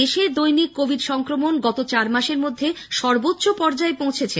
দেশে দৈনিক কোভিড সংক্রমণ গত চার মাসের মধ্যে সর্বোচ্চ পর্যায়ে পৌঁছেছে